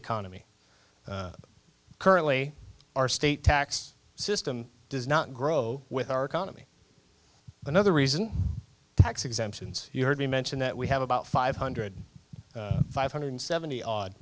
economy currently our state tax system does not grow with our economy another reason tax exemptions you heard me mention that we have about five hundred five hundred seventy odd